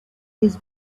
his